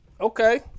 okay